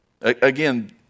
again